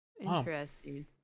Interesting